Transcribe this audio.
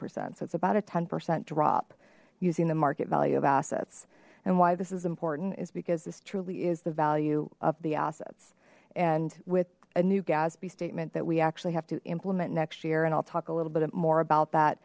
percent so it's about a ten percent drop using the market value of assets and why this is important is because this truly is the value of the assets and with a new gatsby statement that we actually have to in next year and i'll talk a little bit more about that